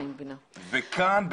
כאן,